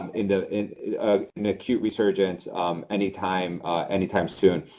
and an acute resurgence any time any time soon.